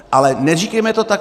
Ale neříkejme to takto.